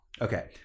Okay